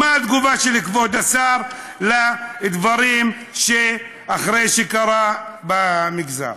מה התגובה של כבוד השר אחרי שקרו דברים במגזר?